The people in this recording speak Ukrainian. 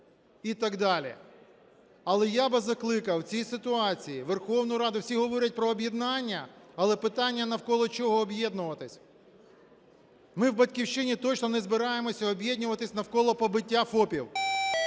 і так далі. Але я би закликав в цій ситуації Верховну Раду… Всі говорять про об'єднання. Але питання: навколо чого об'єднуватись? Ми в "Батьківщина" точно не збираємося об'єднуватись навколо побиття ФОПів,